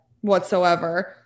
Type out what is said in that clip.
whatsoever